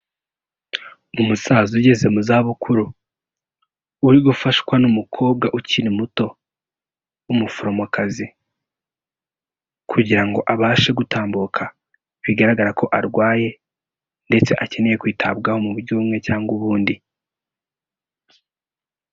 uUmusaza ugeze mu za bukuru uri gufashwa n'umukobwa ukiri muto w'umuforomokazi kugira ngo abashe gutambuka bigaragara ko arwaye ndetse akeneye kwitabwaho mu buryo umwe cyangwa ubundi.